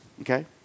okay